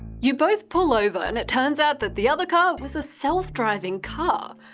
you both pull over and it turns out that the other car was a self driving car.